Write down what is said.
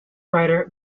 writer